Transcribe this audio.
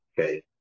okay